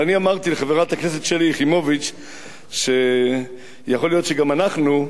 ואני אמרתי לחברת הכנסת שלי יחימוביץ שיכול להיות שגם אנחנו,